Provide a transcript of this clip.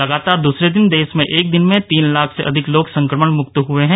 लगातार दूसरे दिन देश में एक दिन में तीन लाख से अधिक लोग संक्रमण मुक्त हुए हैं